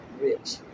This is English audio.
rich